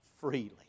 freely